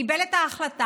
קיבל את ההחלטה,